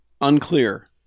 unclear